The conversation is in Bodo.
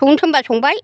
संनो थिनबा संबाय